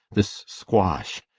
this squash,